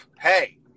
Hey